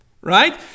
right